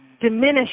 diminish